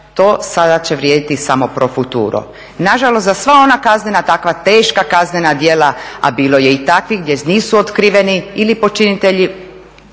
to sada će vrijediti samo pro futuro. Nažalost za sva ona kaznena, takva teška kaznena djela, a bilo je i takvih gdje nisu otkriveni ili počinitelji,